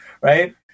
right